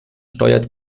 steuert